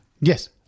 Yes